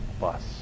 bus